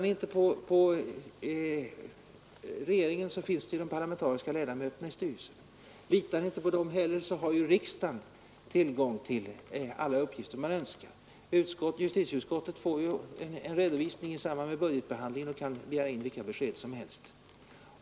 Om ni inte litar på regeringen, finns de parlamentariska ledamöterna i rikspolisstyrelsen. Om ni inte litar på dem heller, har ju riksdagen tillgång till alla tänkbara uppgifter. Justitieutskottet får en redovisning i samband med budgetbehandlingen och kan begära in vilka besked som helst.